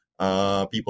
People